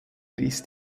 ist